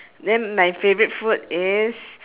then my favourite food is